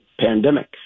pandemic